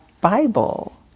Bible